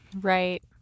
Right